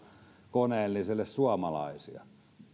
koneelliselle suomalaisia